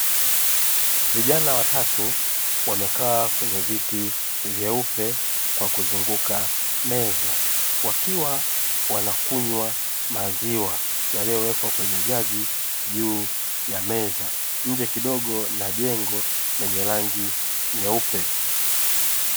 Vijana watatu wamekaa kwenye viti vyeupe kwa kuzunguka meza, wakiwa wana kunywa maziwa yaliyo wekwa kwenye jagi juu ya meza nje kidogo ya jengo lenye rangi nyeupe.